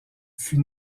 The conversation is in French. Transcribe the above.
fut